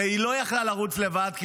הרי היא לא יכלה לרוץ לבד,